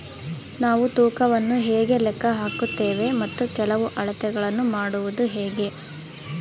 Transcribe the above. ನಾವು ತೂಕವನ್ನು ಹೇಗೆ ಲೆಕ್ಕ ಹಾಕುತ್ತೇವೆ ಮತ್ತು ಕೆಲವು ಅಳತೆಗಳನ್ನು ಮಾಡುವುದು ಹೇಗೆ?